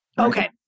Okay